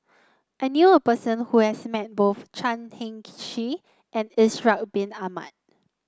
I knew a person who has met both Chan Heng Chee and Ishak Bin Ahmad